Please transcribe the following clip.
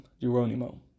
Geronimo